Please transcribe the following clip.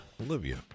Olivia